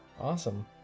Awesome